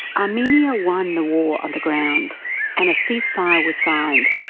armenia won the war on the ground and a cease fire was signed,